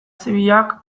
zibilak